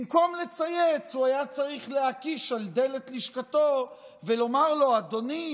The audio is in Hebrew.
במקום לצייץ הוא היה צריך להקיש על דלת לשכתו ולומר לו: אדוני,